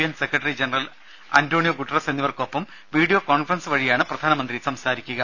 N secretary general Antonio Guterres എന്നിവർക്കൊപ്പം video conference വഴിയാണ് പ്രധാനമന്ത്രി സംസാരിക്കുക